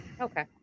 Okay